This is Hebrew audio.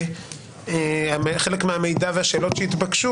חלק מהמידע והשאלות שהתבקשו,